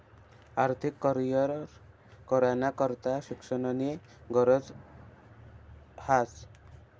आर्थिक करीयर कराना करता शिक्षणनी गरज ह्रास